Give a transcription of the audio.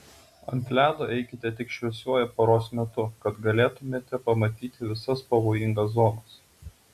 ant ledo eikite tik šviesiuoju paros metu kad galėtumėte pamatyti visas pavojingas zonas